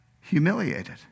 humiliated